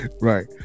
right